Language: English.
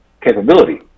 capability